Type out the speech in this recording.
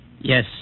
Yes